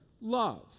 love